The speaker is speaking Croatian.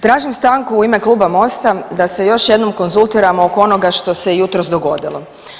Tražim stanku u ime Kluba MOST-a da se još jednom konzultiramo oko onoga što se jutros dogodilo.